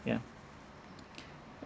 ya